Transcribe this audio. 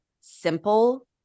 simple